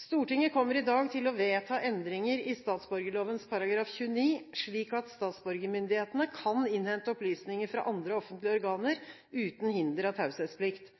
Stortinget kommer i dag til å vedta endringer i statsborgerloven § 29, slik at statsborgermyndighetene kan innhente opplysninger fra andre offentlige organer, uten hinder av taushetsplikt.